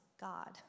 God